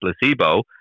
placebo